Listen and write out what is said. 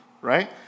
right